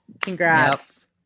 congrats